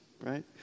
right